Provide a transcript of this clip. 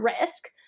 risk